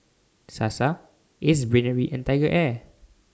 Sasa Ace Brainery and TigerAir